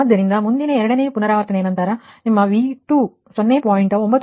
ಆದ್ದರಿಂದ ಮುಂದಿನ ಎರಡನೇ ಪುನರಾವರ್ತನೆಯ ನಂತರ ಇದು ನಿಮ್ಮ V2 0